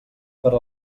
per